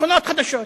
שכונות חדשות.